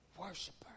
worshiper